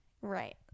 Right